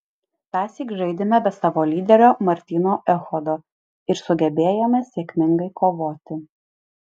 tąsyk žaidėme be savo lyderio martyno echodo ir sugebėjome sėkmingai kovoti